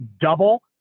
double